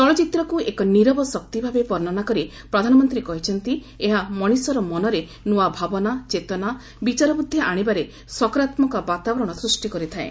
ଚଳଚ୍ଚିତ୍ରକୁ ଏକ ନିରବ ଶକ୍ତି ଭାବେ ବର୍ଷ୍ଣନା କରି ପ୍ରଧାନମନ୍ତ୍ରୀ କହିଛନ୍ତି ଏହା ମଣିଷର ମନରେ ନୂଆ ଭାବନା ଚେତନା ବିଚାରବୁଦ୍ଧି ଆଣିବାରେ ସକାରାତ୍ମକ ବାତାବରଣ ସୃଷ୍ଟି କରିଥାଏ